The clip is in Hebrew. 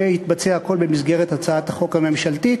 ויתבצע הכול במסגרת הצעת החוק הממשלתית,